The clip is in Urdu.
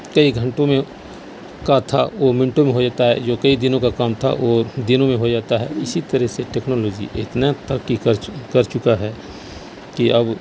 کئی گھنٹوں میں کا تھا وہ منٹوں میں ہو جاتا ہے جو کئی دنوں کا کام تھا وہ دنوں میں ہو جاتا ہے اسی طرح سے ٹیکنالوجی اتنا ترقی کر کر چکا ہے کہ اب